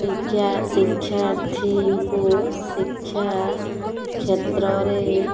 ଶିକ୍ଷା ଶିକ୍ଷାର୍ଥୀଙ୍କୁ ଶିକ୍ଷା କ୍ଷେତ୍ରରେ